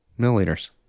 milliliters